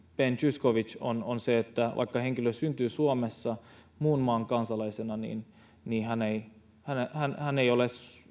ben zyskowicz on on se että vaikka henkilö syntyy suomessa muun maan kansalaisena niin niin hän hän ei ole